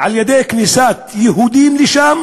על-ידי כניסת יהודים לשם